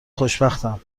خوشبختم